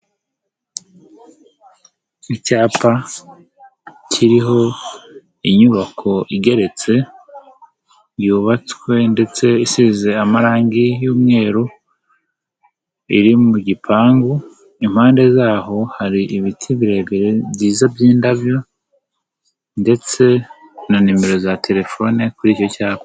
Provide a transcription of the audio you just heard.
Icyapa kiriho inyubako igeretse, yubatswe ndetse isize amarangi y'umweru, iri mu gipangu, impande za ho hari ibiti birebire byiza by'indabyo ndetse na nimero za telefone kuri icyo cyapa.